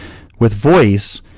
with voice,